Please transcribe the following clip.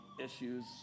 issues